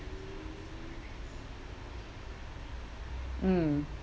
mm